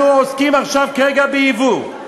אנחנו עוסקים עכשיו כרגע ביבוא.